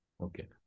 okay